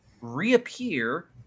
reappear